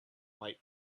white